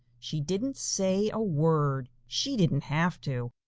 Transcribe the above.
she didn't say a word. she didn't have to.